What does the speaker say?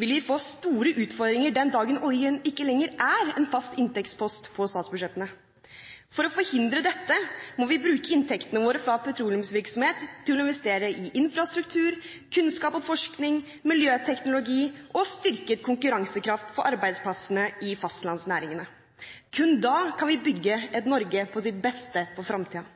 vil vi få store utfordringer den dagen oljen ikke lenger er en fast inntektspost på statsbudsjettene. For å forhindre dette må vi bruke inntektene våre fra petroleumsvirksomheten til å investere i infrastruktur, kunnskap og forskning, miljøteknologi og styrket konkurransekraft på arbeidsplassene i fastlandsnæringene. Kun da kan vi bygge et Norge på sitt beste for fremtiden.